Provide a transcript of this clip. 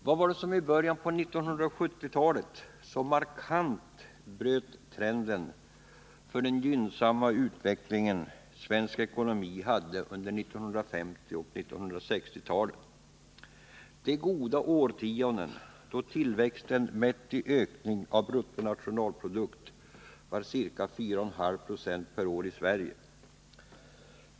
Vad var det som i början på 1970-talet så markant bröt trenden för den gynnsamma utveckling som svensk ekonomi hade på 1950 och 1960-talen, de goda årtionden då tillväxten mätt i ökning av bruttonationalprodukten var ca 4,5 Zo per år i Sverige?